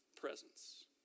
presence